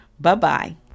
Bye-bye